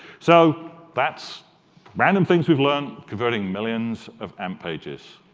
so that's random things we've learned converting millions of amp pages.